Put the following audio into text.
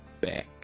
back